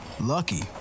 lucky